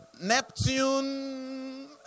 Neptune